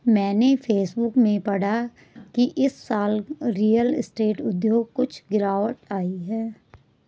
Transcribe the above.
मैंने फेसबुक में पढ़ा की इस साल रियल स्टेट उद्योग कुछ गिरावट आई है